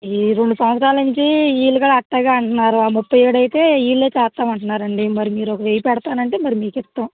ఈ రెండు సంవత్సరాలు నుంచి వీళ్ళు కూడా అలాగే అంటన్నారు ముప్పై ఏడు అయితే వీళ్ళే చేస్తాము అంటున్నారండి మరి మీరు ఒక వెయ్యి పెడతానంటే మరి మీకిస్తాము